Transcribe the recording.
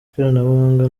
ikoranabuhanga